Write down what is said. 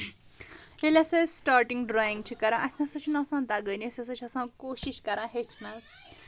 ییٚلہِ ہسا أسۍ سٹارٹنگ ڈرایِنگ چھ کران اَسہِ نسا چھ نہٕ آسان تَگٲنی أسۍ ہسا چھِ آسان کوٗشش کران ہیٚچھنس